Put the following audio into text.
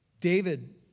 David